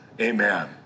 Amen